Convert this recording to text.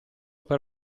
per